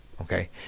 okay